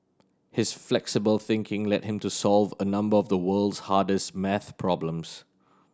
his flexible thinking led him to solve a number of the world's hardest maths problems